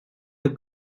the